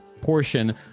portion